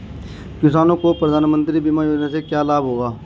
किसानों को प्रधानमंत्री बीमा योजना से क्या लाभ होगा?